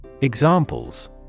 Examples